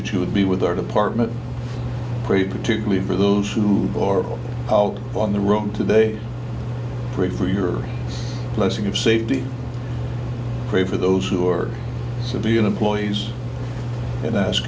that you would be with our department pray particularly for those whom bore out on the room today pray for your blessing of safety pray for those who are civilian employees and i ask